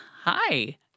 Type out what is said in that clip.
Hi